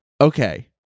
Okay